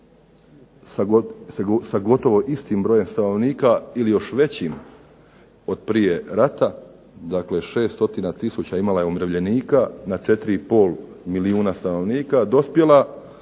sa gotovo istim brojem stanovnika ili još većim od prije rata, dakle 600 tisuća imala je umirovljenika na 4,5 milijuna stanovnika dospjela